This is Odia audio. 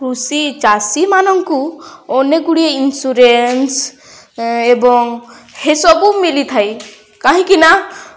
କୃଷି ଚାଷୀମାନଙ୍କୁ ଅନେକ ଗୁଡ଼ିଏ ଇନ୍ସୁରାନ୍ସ ଏବଂ ଏସବୁ ମିଳିଥାଏ କାହିଁକିନା